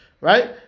Right